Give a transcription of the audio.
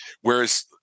Whereas